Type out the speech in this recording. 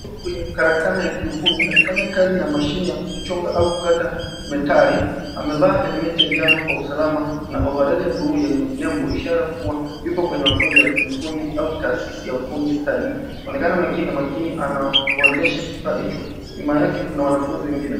Kwenye karakana ya kiufundi, akifanya kazi na mashini ya kuchonga au kukata metali, amevaa helmeti ya njano kwa usalama, na ovareli ya bluu yenye nembo ishara kuwa yupo kwenye mafunzo ya kiufundi au taasisi ya ufundi stadi. Inaonekana kwa umakini kuwa anaendesha kifaa hicho. Nyuma yake kuna wanafunzi wengine.